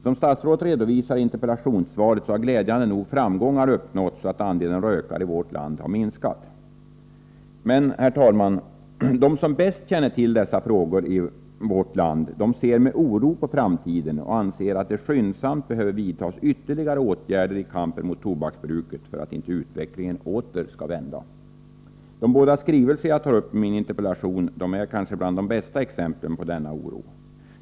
Som statsrådet redovisar i interpellationssvaret har glädjande nog framgångar uppnåtts, så att andelen rökare i vårt land har minskat. Men, herr talman, de som bäst känner till dessa frågor i vårt land ser med oro på framtiden och anser att det skyndsamt behöver vidtas ytterligare åtgärder i kampen mot tobaksbruket för att inte utvecklingen åter skall vända. De båda skrivelser jag tar upp i min interpellation hör kanske till de bästa exemplen på denna oro.